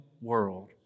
world